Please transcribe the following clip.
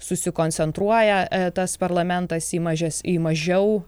susikoncentruoja tas parlamentas į mažes į mažiau